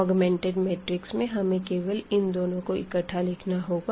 augmented matrix में हमे केवल इन दोनो को इकठ्ठा लिखना होता है